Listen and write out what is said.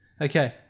Okay